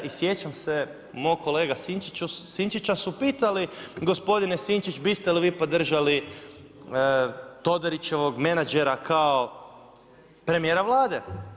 I sjećam se mog kolege Sinčića su pitali gospodine Sinčić biste li vi podržali Todorićevog menadžera kao premijera Vlade.